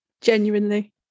genuinely